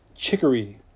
Chicory